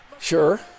Sure